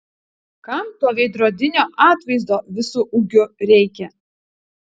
kam to veidrodinio atvaizdo visu ūgiu reikia